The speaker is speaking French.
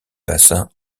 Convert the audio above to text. bassins